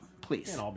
please